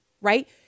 right